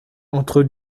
entre